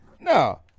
no